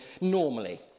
normally